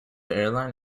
airline